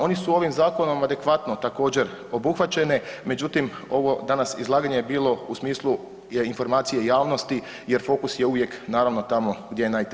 Oni su ovim zakonom adekvatno, također, obuhvaćene, međutim, ovo danas izlaganje je bilo u smislu je informacije javnosti jer fokus je uvijek, naravno, tamo gdje je najteže.